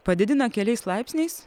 padidina keliais laipsniais